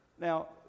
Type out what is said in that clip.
now